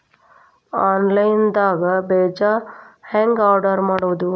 Online ದಾಗ ಬೇಜಾ ಹೆಂಗ್ ಆರ್ಡರ್ ಮಾಡೋದು?